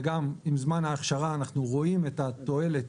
וגם, עם זמן ההכשרה אנחנו רואים את התועלת,